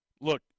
Look